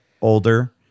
older